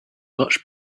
much